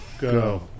Go